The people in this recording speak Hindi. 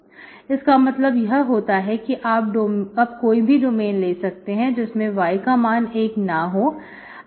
y≠1 इसका मतलब यह होता है कि आप कोई भी डोमेन ले सकते हैं जिसमें y का मान 1 ना हो